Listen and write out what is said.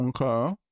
Okay